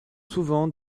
souvent